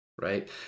right